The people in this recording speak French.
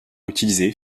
utilisée